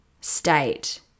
state